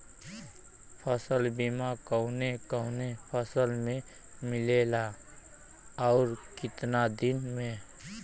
फ़सल बीमा कवने कवने फसल में मिलेला अउर कितना दिन में?